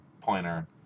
pointer